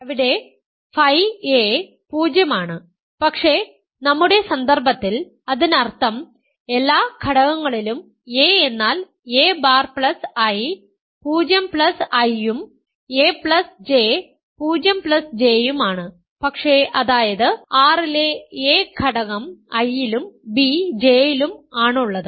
അവിടെ phi a 0 ആണ് പക്ഷേ നമ്മുടെ സന്ദർഭത്തിൽ അതിനർത്ഥം എല്ലാ ഘടകങ്ങളിലും a എന്നാൽ a ബാർ I 0 I ഉം a J 0 J ഉം ആണ് പക്ഷേ അതായത് R ലെ a ഘടകo I ലും b J ലും ആണുള്ളത്